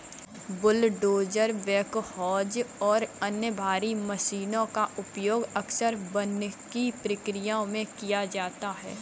bulldozer backhoes और अन्य भारी मशीनों का उपयोग अक्सर वानिकी प्रक्रिया में किया जाता है